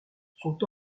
sont